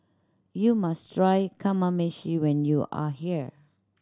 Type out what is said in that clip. you must try Kamameshi when you are here